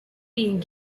being